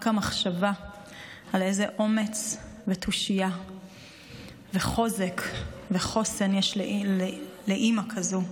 רק המחשבה על איזה אומץ ותושייה וחוזק וחוסן יש לאימא כזאת,